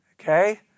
Okay